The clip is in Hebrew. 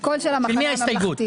של מי ההסתייגות?